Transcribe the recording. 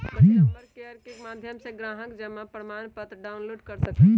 customer care के माध्यम से ग्राहक जमा प्रमाणपत्र डाउनलोड कर सका हई